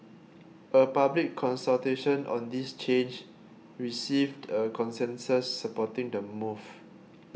a public consultation on this change received a consensus supporting the move